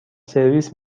سرویس